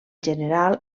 general